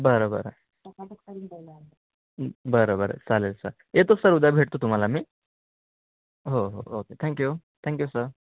बरं बरं बरं बरं चालेल सर येतोच सर उद्या भेटतो तुम्हाला मी हो हो ओके थँक्यू थँक्यू सर